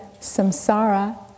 samsara